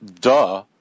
duh